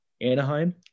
Anaheim